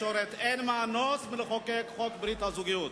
התקשורת: אין מנוס מלחוקק את חוק ברית הזוגיות.